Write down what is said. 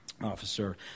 officer